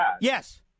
Yes